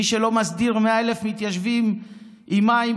מי שלא מסדיר 100,000 מתיישבים עם מים,